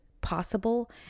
possible